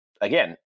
again